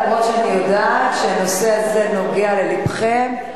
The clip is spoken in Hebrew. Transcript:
אף-על-פי שאני יודעת שהנושא הזה נוגע ללבכם.